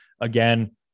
again